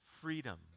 freedom